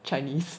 chinese